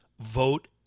Vote